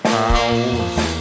house